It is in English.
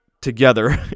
together